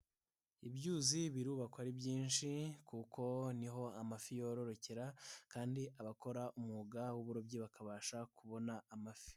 Ibyuzi birubakwa ari byinshi kuko niho amafi yororokera, kandi abakora umwuga w'uburobyi bakabasha kubona amafi.